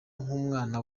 nk’umwana